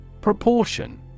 Proportion